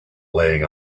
laying